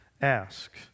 ask